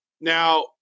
Now –